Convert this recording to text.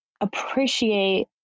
appreciate